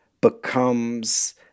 becomes